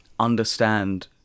understand